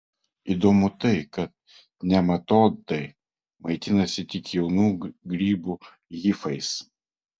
įdomu tai kad nematodai maitinasi tik jaunų grybų hifais